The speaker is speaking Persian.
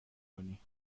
کنی